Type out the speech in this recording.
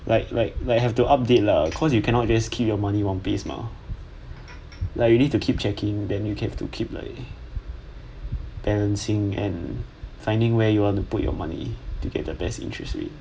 like like like have to update lah cause you cannot just keep your money one piece mah like you need to keep checking then you have to keep like balancing and finding where you want to put your money to get the best interest rate